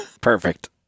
Perfect